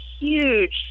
huge